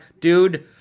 dude